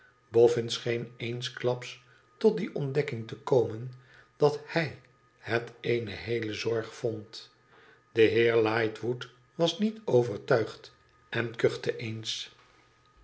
boffin scheen eensklaps tot die ontdekking te komen idat hij het eene heele zorg vond i de heer lightwood was niet overtuigd en kuchte eens